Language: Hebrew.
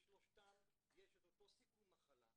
לשלושתם יש את אותו סיכום מחלה,